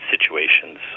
situations